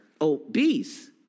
obese